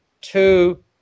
two